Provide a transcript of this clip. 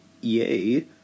yay